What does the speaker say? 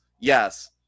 Yes